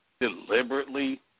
deliberately